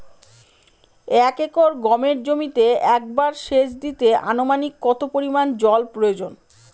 এক একর গমের জমিতে একবার শেচ দিতে অনুমানিক কত পরিমান জল প্রয়োজন?